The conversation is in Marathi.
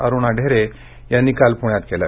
अरुणा ढेरे यांनी काल पुण्यात केलं